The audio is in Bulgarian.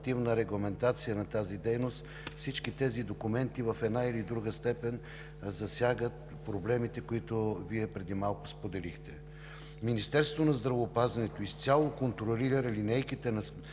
регламентация на тази дейност. Всички тези документи в една или друга степен засягат проблемите, които Вие преди малко споделихте. Министерството на здравеопазването изцяло контролира линейките на